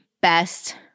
best